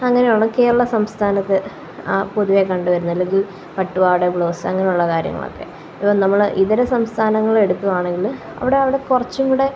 അങ്ങനെയാണ് കേരള സംസ്ഥാനത്ത് ആ പൊതുവേ കണ്ടു വരുന്നത് അല്ലെങ്കില് പട്ടുപാവാട ബ്ലൗസ് അങ്ങനെയുള്ള കാര്യങ്ങളൊക്കെ ഇപ്പോള് നമ്മള് ഇതര സംസ്ഥാനങ്ങള് എടുക്കുവാണെങ്കില് അവിടവിടെ കുറച്ചും കൂടെ